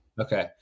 Okay